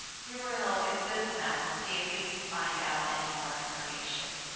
here we are going to look at this map and see if we can find out any more information.